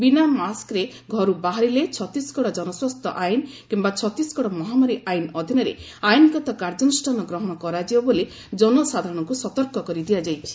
ବିନା ମାସ୍କରେ ଘରୁ ବାହାରିଲେ ଛତିଶଗଡ ଜନସ୍ୱାସ୍ଥ୍ୟ ଆଇନ୍ କିୟା ଛତିଶଗଡ ମହାମାରୀ ଆଇନ୍ ଅଧୀନରେ ଆଇନ୍ଗତ କାର୍ଯ୍ୟାନୁଷ୍ଠାନ ଗ୍ରହଣ କରାଯିବ ବୋଲି ଜନସାଧାରଣଙ୍କୁ ସତର୍କ କରିଦିଆଯାଇଛି